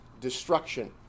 destruction